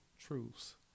truths